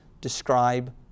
describe